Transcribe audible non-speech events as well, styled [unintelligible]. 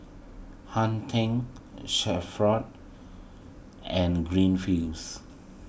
Hang ten [unintelligible] and Greenfields